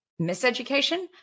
miseducation